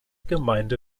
gemeinde